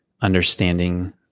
understanding